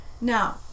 Now